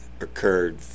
occurred